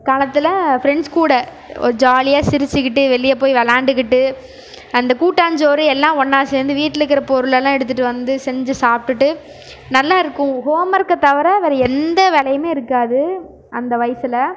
காலத்தில் ஃபிரெண்ட்ஸ் கூட ஒரு ஜாலியாக சிரிச்சிக்கிட்டே வெளியே போய் விளாண்டுக்கிட்டு அந்த கூட்டாஞ்சோறு எல்லாம் ஒன்னாக சேர்ந்து வீட்டில் இருக்கிற பொருளெல்லாம் எடுத்துகிட்டு வந்து செஞ்சு சாப்பிடுட்டு நல்லா இருக்கும் ஹோம் ஒர்க்கை தவிர வேறு எந்த வேலையுமே இருக்காது அந்த வயசில்